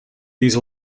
these